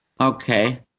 Okay